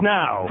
now